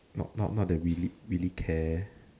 not not not that we really really care